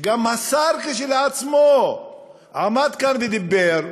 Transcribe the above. שגם השר עצמו עמד כאן ודיבר,